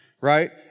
right